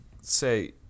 say